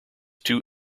two